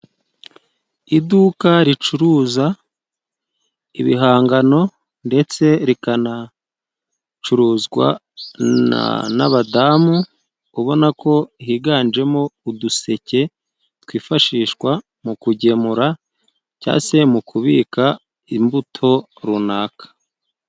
Iduka ricuruza ibihangano ndetse rikanacuruzwa n'abadamu ubona ko higanjemo uduseke twifashishwa mu kugemura cyangwa se mu kubika imbuto runaka.